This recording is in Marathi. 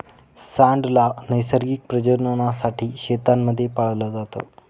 सांड ला नैसर्गिक प्रजननासाठी शेतांमध्ये पाळलं जात